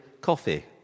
coffee